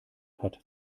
hat